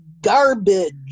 garbage